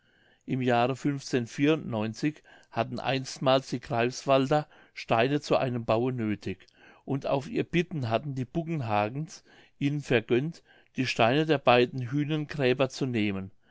im jahre hatten einstmals die greifswalder steine zu einem baue nöthig und auf ihr bitten hatten die buggenhagens ihnen vergönnt die steine der beiden hühnengräber zu nehmen